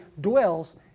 dwells